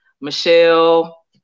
Michelle